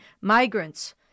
migrants